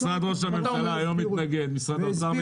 משרד ראש הממשלה היום מתנגד, משרד האוצר מתנגד.